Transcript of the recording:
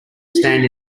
stand